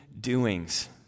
doings